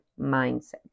mindset